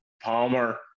Palmer